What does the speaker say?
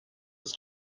was